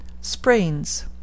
Sprains